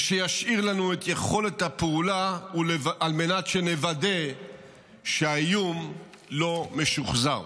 ושישאיר לנו את יכולת הפעולה על מנת שנוודא שהאיום לא משוחזר.